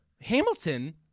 Hamilton